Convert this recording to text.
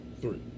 Three